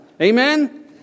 Amen